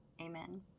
amen